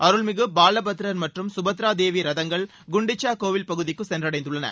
அருள்மிகு பாலபத்ரர் மற்றும் சுபத்ரா தேவி ரதங்கள் குண்டீச்சா கோவில் பகுதிக்கு சென்றடைந்துள்ளன